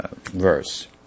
verse